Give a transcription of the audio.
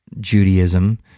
judaism